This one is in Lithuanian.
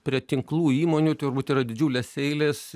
prie tinklų įmonių turbūt yra didžiulės eilės